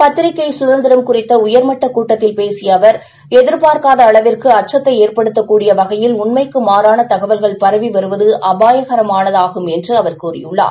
பத்திரிகைசுதந்திரம்குறித்தஉயர்மட்டகூட்டத்தில்பேசியஅவர்எதிர்பா ர்க்காதஅளவிற்குஅச்சத்தைஏற்படுத்தகூடியவகையில்உண்மைக்கு மாறானதகவல்கள்பரவிவருவதுஅபாயகரமானதாகும்என்றுஅவர்கூ றியுள்ளார்